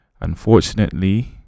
Unfortunately